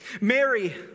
Mary